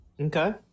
Okay